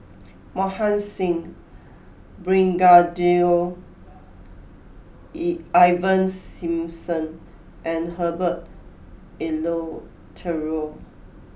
Mohan Singh Brigadier E Ivan Simson and Herbert Eleuterio